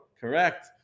correct